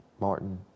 Martin